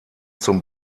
zum